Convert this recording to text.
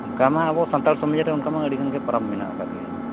ᱚᱱᱠᱟ ᱢᱟ ᱟᱵᱚ ᱥᱟᱱᱛᱟᱲ ᱥᱚᱢᱟᱡᱽᱨᱮ ᱚᱱᱠᱟ ᱢᱟ ᱟᱹᱰᱤᱜᱟᱱᱜᱮ ᱯᱟᱨᱟᱵᱽ ᱢᱮᱱᱟᱜ ᱟᱠᱟᱫᱜᱮᱭᱟ